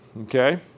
okay